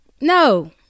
no